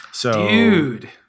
Dude